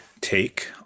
take